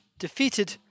defeated